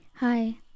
hi